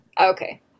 Okay